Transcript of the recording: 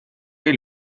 või